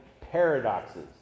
paradoxes